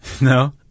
No